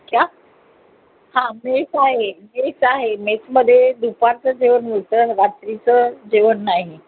क्या हां मेस आहे मेस आहे मेसमध्ये दुपारचं जेवण मिळतं रात्रीचं जेवण नाही